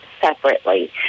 separately